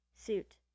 suit